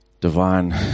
divine